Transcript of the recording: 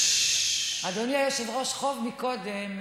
אדוני היושב-ראש, חוב מקודם.